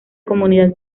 comunidad